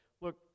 Look